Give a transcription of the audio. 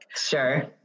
Sure